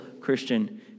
Christian